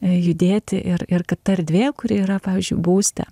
judėti ir ir kad ta erdvė kuri yra pavyzdžiui būste